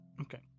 Okay